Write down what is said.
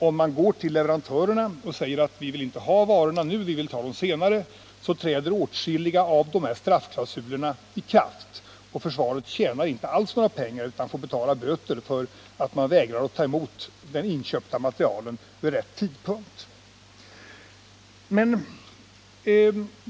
Om man går till leverantörerna och säger: Vi vill inte ha varorna nu; vi vill ta dem senare, träder åtskilliga av dessa straffklausuler i kraft, och försvaret tjänar inte några pengar alls utan får betala böter för att man vägrar ta emot den inköpta materielen vid rätt tillfälle.